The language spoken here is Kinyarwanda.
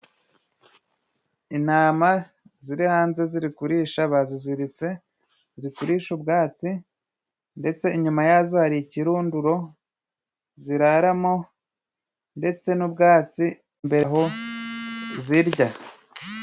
Intama ziri hanze ziri kurisha baziziritse. Ziri kurisha ubwatsi ndetse inyuma yazo hari ikirunduro ziraramo, ndetse n'ubwatsi mbe ho zirya.